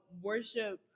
worship